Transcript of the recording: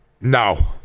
No